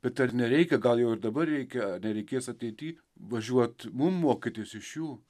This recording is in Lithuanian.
bet ar nereikia gal jau ir dabar reikia nereikės ateity važiuot mum mokytis iš jų